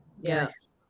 yes